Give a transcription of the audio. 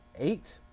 eight